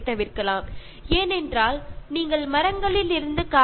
കാരണം പേപ്പർ ഉണ്ടാക്കുന്നത് മരങ്ങളിൽ നിന്നാണ്